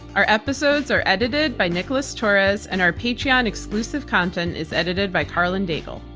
our episodes are edited by nicholas torres, and our patreon exclusive content is edited by karlyn daigle.